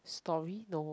story no